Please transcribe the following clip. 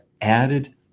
added